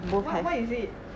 !huh! what is it